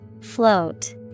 Float